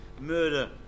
murder